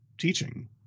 teaching